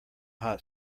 hot